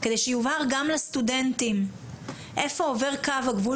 כדי שיובהר גם לסטודנטים איפה עובר קו הגבול